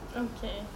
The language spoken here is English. okay